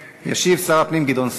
ישיב שר הפנים גדעון סער.